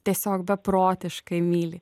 tiesiog beprotiškai myli